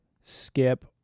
skip